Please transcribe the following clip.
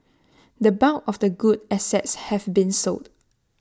the bulk of the good assets have been sold